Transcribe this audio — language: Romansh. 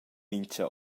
mintga